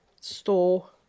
store